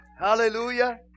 Hallelujah